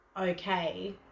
okay